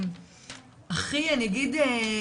אני אגיד,